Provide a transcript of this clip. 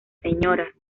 sra